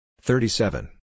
thirty-seven